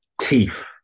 teeth